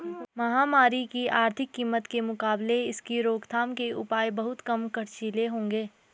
महामारी की आर्थिक कीमत के मुकाबले इसकी रोकथाम के उपाय बहुत कम खर्चीले होंगे